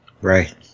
Right